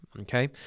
okay